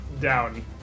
down